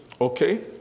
Okay